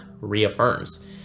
reaffirms